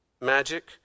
magic